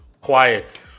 quiet